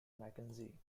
mackenzie